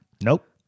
Nope